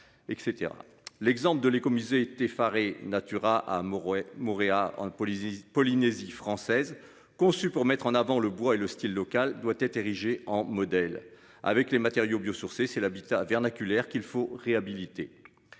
L'exemple de l'Écomusée est effaré Natura amoraux et Moorea en Polynésie, Polynésie française conçue pour mettre en avant le bois et le style locale doit être érigée en modèle avec les matériaux biosourcés c'est l'habitat vernaculaire qu'il faut réhabiliter.